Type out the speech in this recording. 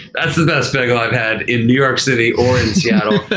that's the best bagel i've had in new york city or seattle.